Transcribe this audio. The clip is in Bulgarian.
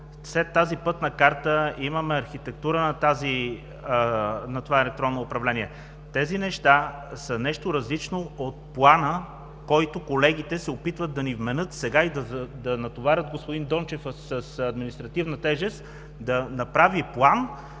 след тази пътна карта, имаме архитектура на това електронно управление, тези неща са нещо различно от плана, който колегите сега се опитват да ни вменят, и да натоварят господин Дончев с административна тежест да направи план